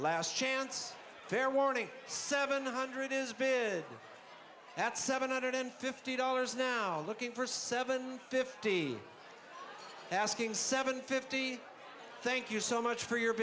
last chance fair warning seven hundred is bid at seven hundred fifty dollars now looking for seven fifty asking seven fifty thank you so much for your